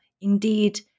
indeed